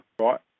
right